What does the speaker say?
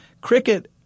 Cricket